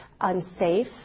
unsafe